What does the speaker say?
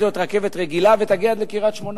להיות רכבת רגילה ותגיע עד לקריית-שמונה.